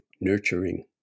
nurturing